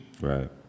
Right